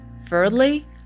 Thirdly